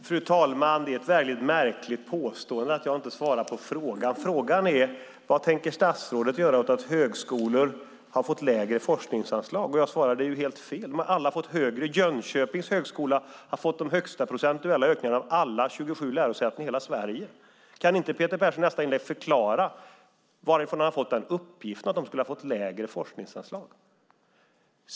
Fru talman! Det är ett mycket märkligt påstående, att jag inte svarar på frågan. Frågan var: Vad tänker statsrådet göra åt att högskolor har fått lägre forskningsanslag? Jag svarade att alla har fått högre anslag. Jönköpings högskola har fått de högsta procentuella ökningarna av alla de 27 lärosätena i Sverige. Kan inte Peter Persson i sitt nästa inlägg förklara varifrån han fått uppgiften att de skulle ha fått lägre forskningsanslag?